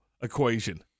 equation